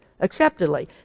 acceptedly